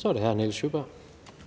Kl. 13:21 Tredje